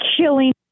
killing